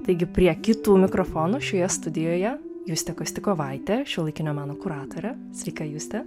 taigi prie kitų mikrofonų šioje studijoje justė kostikovaitė šiuolaikinio meno kuratorė sveika juste